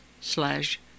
slash